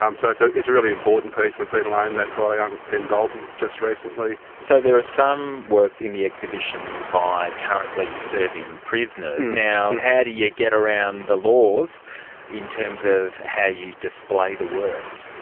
um so so it's a really important piece. we've been loaned that by uncle ken dalton just recently. so there are some works in the exhibition by currently serving prisoners. how do you get around the laws in terms of how you display the work?